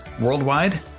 worldwide